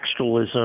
textualism